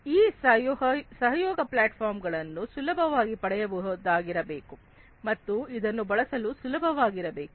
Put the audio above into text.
ಈ ಕೊಲ್ಯಾಬೊರೇಟಿವ್ ಪ್ಲ್ಯಾಟ್ಫಾರ್ಮ್ಗಳನ್ನು ಸುಲಭವಾಗಿ ಪಡೆಯಬಹುದಾಗಿರಬೇಕು ಮತ್ತು ಇದನ್ನು ಬಳಸಲು ಸುಲಭವಾಗಿರಬೇಕು